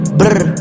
brr